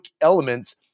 elements